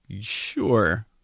sure